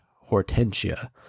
Hortensia